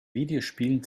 videospielen